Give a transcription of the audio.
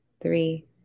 three